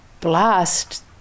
blast